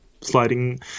sliding